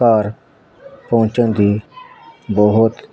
ਘਰ ਪਹੁੰਚਣ ਦੀ ਬਹੁਤ